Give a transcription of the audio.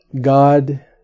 God